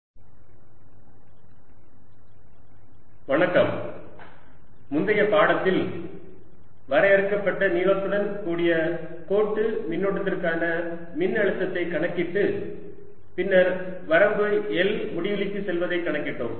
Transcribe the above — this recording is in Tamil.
மின்னூட்ட பகிர்வு காரணமாக நிலை மின்னழுத்தம் II ஒரு வளையம் மற்றும் கோளவோட்டில் மின்னூட்டம் முந்தைய பாடத்தில் வரையறுக்கப்பட்ட நீளத்துடன் கூடிய கோட்டு மின்னூட்டத்திற்கான மின்னழுத்தத்தை கணக்கிட்டு பின்னர் வரம்பு L முடிவிலிக்குச் செல்வதைக் கணக்கிட்டோம்